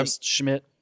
Schmidt